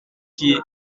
qui